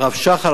הרב שח"ל,